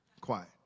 quiet